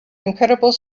incredible